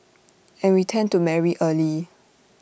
and we tend to marry early